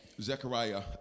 Zechariah